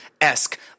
esque